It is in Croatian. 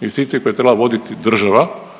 investicije koje je trebala voditi država,